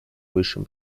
высшим